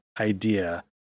idea